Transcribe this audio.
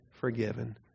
forgiven